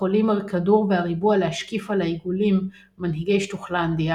יכולים הכדור והריבוע להשקיף על העיגולים מנהיגי שטוחלנדיה